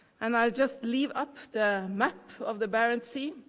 and i will just leave up the map of the barents sea.